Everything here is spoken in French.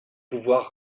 pouvoir